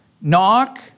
Knock